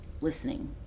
listening